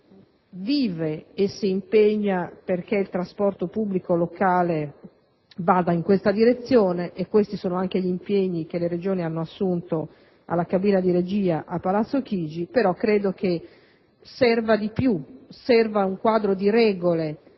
vive e si impegna perché il trasporto pubblico locale vada in questa direzione. Questi sono anche gli impegni che le Regioni hanno assunto alla cabina di regia a Palazzo Chigi, ma credo che serva di più e che occorra un quadro di regole,